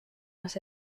más